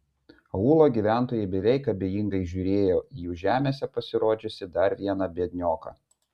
aūlo gyventojai beveik abejingai žiūrėjo į jų žemėse pasirodžiusį dar vieną biednioką